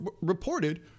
reported